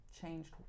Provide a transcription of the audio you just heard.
changed